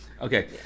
Okay